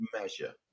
measure